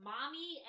Mommy